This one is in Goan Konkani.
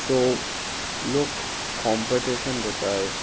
सो लोक कॉम्पटिशन दवरताय